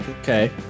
Okay